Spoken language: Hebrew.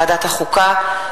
ועדת החוקה,